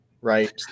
right